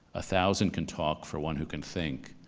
a thousand can talk for one who can think,